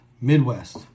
Midwest